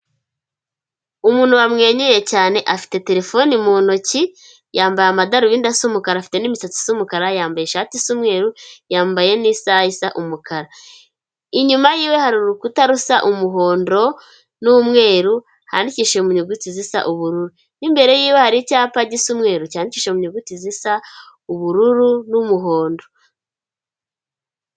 Umuntu wamwenyuye cyane afite telefone mu ntoki, yambaye amadarubindi y'umukara; afite n'imisatsi y'umukara, yambaye ishati y'umweru, yambaye n'isaha isa umukara, inyuma yiwe hari urukuta rusa umuhondo n'umweru handikishi muyuguti zisa ubururu, n'imbere yiwe hari icyapa gisa umweruru cyancisha mu nyuguti zisa ubururu n'umuhondo.